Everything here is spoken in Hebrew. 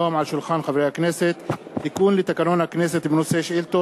מאת חברי הכנסת שי חרמש,